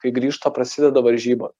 kai grįžta prasideda varžybos